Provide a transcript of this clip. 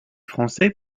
français